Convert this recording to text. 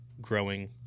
growing